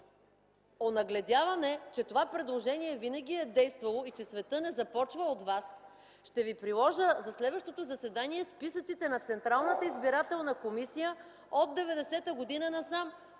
онагледяване, че това предложение винаги е действало и че светът не е започва от вас, ще ви приложа за следващото заседание списъците на Централната избирателна комисия от 1990 г. насам